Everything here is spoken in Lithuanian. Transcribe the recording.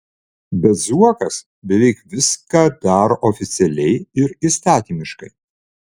bet zuokas beveik viską daro oficialiai ir įstatymiškai